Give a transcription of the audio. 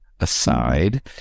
aside